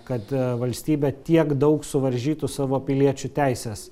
kad valstybė tiek daug suvaržytų savo piliečių teises